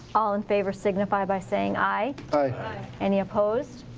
all in favor signify by saying aye. aye. any opposed?